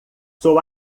sou